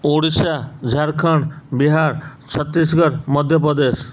Odisha Jharkhand Bihar Chhattisgarh Madhya Pradesh